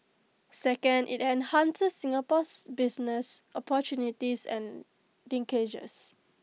second IT enhances Singapore's business opportunities and linkages